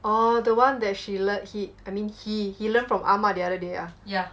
orh the one that she learn he I mean he he learn from ah ma the other day ah